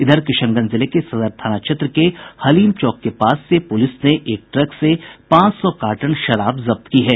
इधर किशनगंज जिले के सदर थाना क्षेत्र के हलीम चौक के पास से पुलिस ने एक ट्रक से पांच सौ कार्टन शराब जब्त की है